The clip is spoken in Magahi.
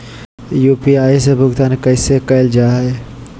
यू.पी.आई से भुगतान कैसे कैल जहै?